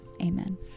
Amen